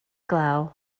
glaw